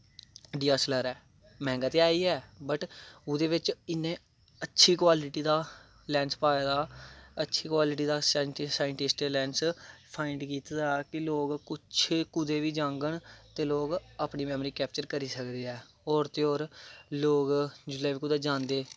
D S L R ऐ मैंह्गा ते ऐ गै ऐ बट ओह्दे बिच्च इन्नी अच्छी क्वालिटी दा लैंस पाई दा अच्छी क्वालिटी दी साईंटिसटैं लैंस फांइड़ कीते दा कि लोग कुतै बी जाङन ते लोग अपनी मैमरी कैपचर करी सकदे ऐं होर ते होर लोग जिसलै बी कुदै जंदे